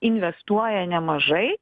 investuoja nemažai